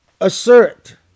assert